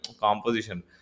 composition